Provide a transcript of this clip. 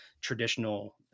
traditional